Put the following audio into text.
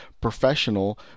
professional